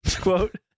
quote